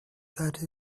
that